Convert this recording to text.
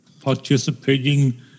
participating